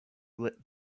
lit